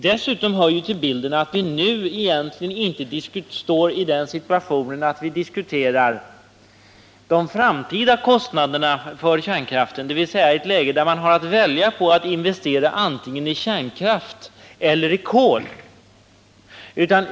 Dessutom hör till bilden att vi nu egentligen inte står i den situationen att vi diskuterar de framtida kostnaderna för kärnkraften — dvs. i ett läge där man har att välja på att investera antingen i kärnkraft eller i kol.